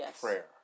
prayer